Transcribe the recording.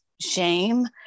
shame